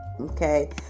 Okay